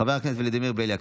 חבר הכנסת ולדימיר בליאק,